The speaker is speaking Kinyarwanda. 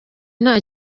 nta